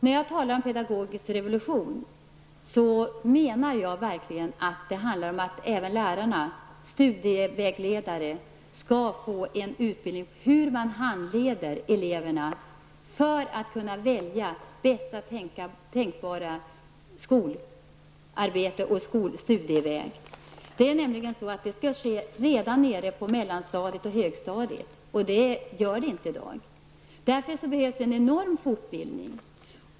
När jag talar om en pedagogisk revolution, menar jag att även lärarna och studievägledare skall få en utbildning i hur man handleder eleverna så att de kan välja bästa tänkbara skolutbildning och studieväg. Detta skall ske redan på mellanstadiet och högstadiet, och det gör det inte i dag. Det behövs därför en enorm fortbildning.